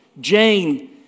Jane